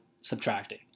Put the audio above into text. subtracting